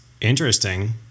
interesting